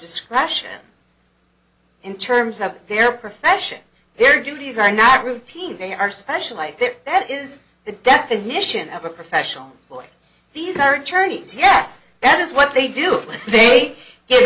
discretion in terms of their profession their duties are not routine they are specialized that is the definition of a professional boy these are attorneys yes that is what they do whe